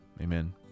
Amen